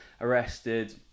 arrested